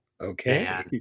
Okay